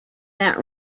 that